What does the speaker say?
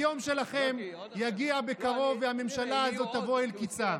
היום שלכם יגיע בקרוב, והממשלה הזאת תבוא אל קיצה.